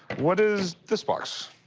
what is this box?